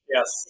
Yes